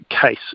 case